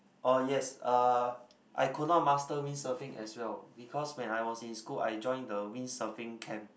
oh yes uh I could not master windsurfing as well because when I was in school I joined the windsurfing camp